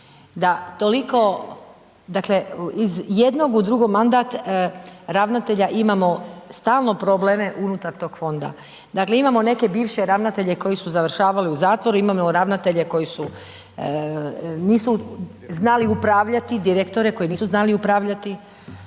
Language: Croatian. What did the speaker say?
da toliko, dakle iz jednog u drugi mandat ravnatelja imamo stalno probleme unutar toga fonda. Dakle, imamo neke bivše ravnatelje koji su završavali u zatvoru, imamo ravnatelje koji su, nisu znali upravljati, direktore koji nisu znali upravljati,